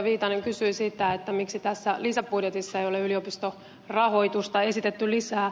viitanen kysyi sitä miksi tässä lisäbudjetissa ei ole yliopistorahoitusta esitetty lisää